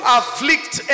afflict